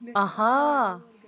آہا